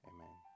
Amen